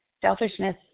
selfishness